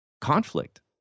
conflict